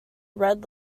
red